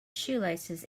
shoelaces